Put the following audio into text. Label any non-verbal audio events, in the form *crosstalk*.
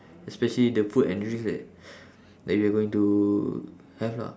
especially the food and drinks that *breath* that we are going to have lah